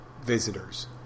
visitors